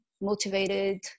motivated